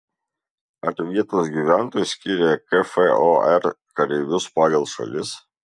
ar vietos gyventojai skiria kfor kareivius pagal šalis